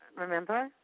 Remember